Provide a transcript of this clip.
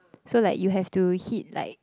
so like you have to hit like